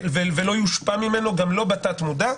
וכך הוא לא יושפע ממנו גם לא בתת מודע.